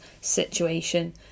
situation